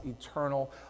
eternal